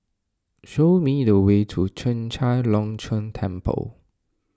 show me the way to Chek Chai Long Chuen Temple